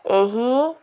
ଏହି